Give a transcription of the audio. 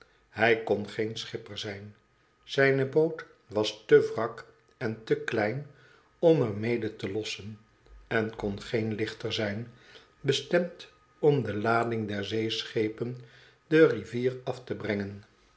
hij kon geen schipper zijn zijne boot was te wrak en te klein om er mede te lossen en kon geen lichter zijn bestemd om de lading der zeeschepen de rivier af te brengen